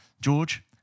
George